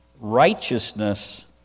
righteousness